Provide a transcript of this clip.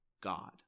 God